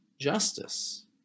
justice